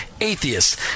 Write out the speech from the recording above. atheists